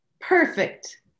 Perfect